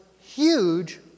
huge